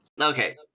Okay